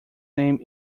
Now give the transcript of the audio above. name